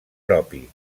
propi